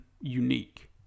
unique